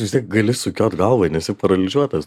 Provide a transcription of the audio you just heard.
vis tiek gali sukiot galvą nesi paralyžiuotas